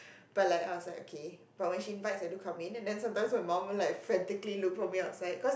but like I was like okay but when she invites I do come in and then sometimes my mum will like frantically look for me outside cause